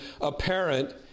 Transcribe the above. apparent